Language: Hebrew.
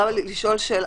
לוועדה.